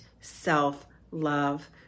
self-love